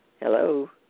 Hello